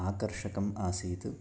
आकर्षकम् आसीत्